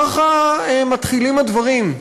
ככה מתחילים הדברים,